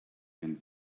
and